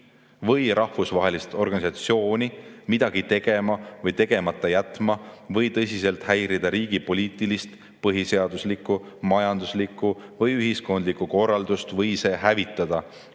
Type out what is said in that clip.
või rahvusvahelist organisatsiooni midagi tegema või tegemata jätma või tõsiselt häirida riigi poliitilist, põhiseaduslikku, majanduslikku või ühiskondlikku korraldust või see hävitada